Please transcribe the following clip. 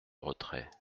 retrait